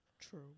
true